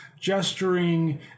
gesturing